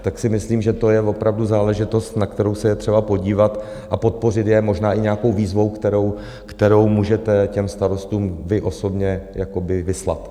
Tak si myslím, že to je opravdu záležitost, na kterou se je třeba podívat a podpořit je možná i nějakou výzvou, kterou můžete těm starostům vy osobně vyslat.